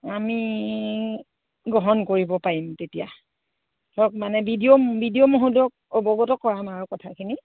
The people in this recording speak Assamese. আমি গ্ৰহণ কৰিব পাৰিম তেতিয়া ধৰক মানে B D O B D O মহোদয়ক অৱগত কৰাম আৰু কথাখিনি